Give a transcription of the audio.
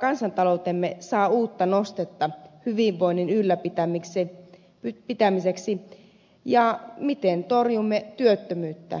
kansantaloutemme saa uutta nostetta hyvinvoinnin ylläpitämiseksi ja miten torjumme työttömyyttä suomessa